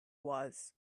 was